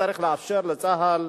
צריך לאפשר לצה"ל,